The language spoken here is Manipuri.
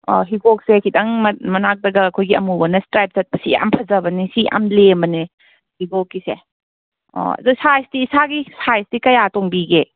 ꯑꯥ ꯍꯤꯒꯣꯛꯁꯦ ꯈꯤꯇꯪ ꯃꯅꯥꯛꯇꯒ ꯑꯩꯈꯣꯏꯒꯤ ꯑꯃꯨꯕꯅ ꯁ꯭ꯇꯔꯥꯏꯞ ꯆꯠꯄꯁꯤ ꯌꯥꯝ ꯐꯖꯕꯅꯤ ꯁꯤ ꯌꯥꯝ ꯂꯦꯝꯕꯅꯦ ꯍꯤꯒꯣꯛꯀꯤꯁꯦ ꯑꯣ ꯑꯗꯣ ꯁꯥꯏꯖꯇꯤ ꯏꯁꯥꯒꯤ ꯁꯥꯏꯖꯇꯤ ꯀꯌꯥ ꯇꯣꯡꯕꯤꯒꯦ